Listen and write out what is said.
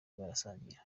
barasangira